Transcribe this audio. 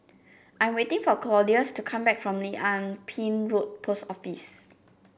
I am waiting for Claudius to come back from Lim Ah Pin Road Post Office